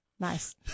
Nice